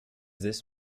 this